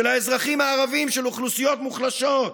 של האזרחים הערבים, של אוכלוסיות מוחלשות.